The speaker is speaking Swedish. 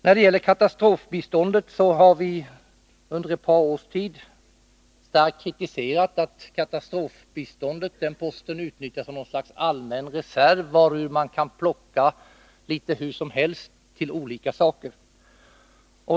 När det gäller katastrofbiståndet har vi under ett par års tid starkt kritiserat att denna post utnyttjas som någon allmän reserv, varur man kan plocka litet hur som helst till olika saker.